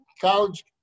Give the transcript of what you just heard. college